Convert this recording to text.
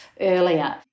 earlier